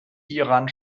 hieran